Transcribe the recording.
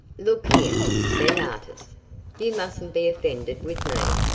look here, said artis you mustn't be offended with me.